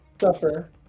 suffer